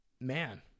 man